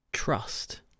trust